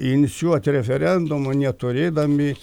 inicijuoti referendumo neturėdami